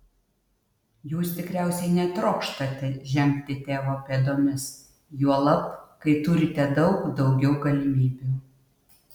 jūs tikriausiai netrokštate žengti tėvo pėdomis juolab kai turite daug daugiau galimybių